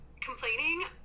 complaining